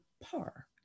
par